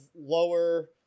lower